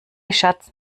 schatz